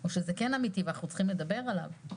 או שזה כן אמיתי ואנחנו צריכים לדבר עליו.